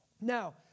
Now